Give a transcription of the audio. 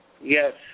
Yes